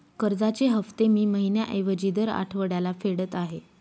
कर्जाचे हफ्ते मी महिन्या ऐवजी दर आठवड्याला फेडत आहे